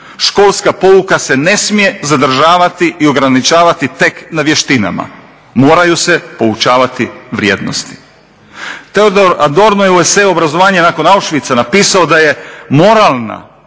Školska pouka se ne smije zadržavati i ograničavati tek na vještinama, moraju se poučavati vrijednosti. Teodor Adorno je u SAD obrazovanje nakon Auschwitza napisao da je moralna